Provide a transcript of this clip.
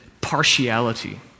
partiality